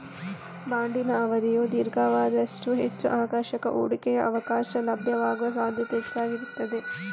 ಬಾಂಡಿನ ಅವಧಿಯು ದೀರ್ಘವಾದಷ್ಟೂ ಹೆಚ್ಚು ಆಕರ್ಷಕ ಹೂಡಿಕೆಯ ಅವಕಾಶ ಲಭ್ಯವಾಗುವ ಸಾಧ್ಯತೆ ಹೆಚ್ಚಾಗಿರುತ್ತದೆ